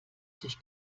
sich